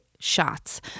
Shots